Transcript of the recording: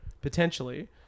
potentially